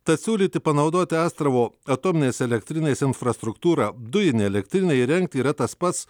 tad siūlyti panaudoti astravo atominės elektrinės infrastruktūrą dujinei elektrinei įrengti yra tas pats